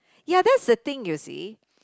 ya that's the thing you see